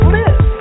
Live